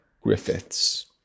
Griffiths